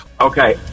Okay